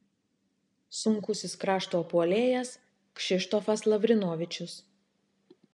sunkusis krašto puolėjas kšištofas lavrinovičius